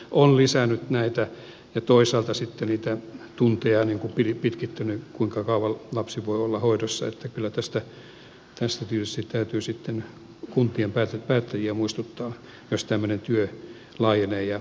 on lisätty tätä ja toisaalta sitten pitkitetty niitä tunteja kuinka kauan lapsi voi olla hoidossa niin että kyllä tästä tietysti täytyy sitten kuntien päättäjiä muistuttaa jos tämmöinen työ laajenee ja yleistyy